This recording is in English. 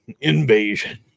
Invasion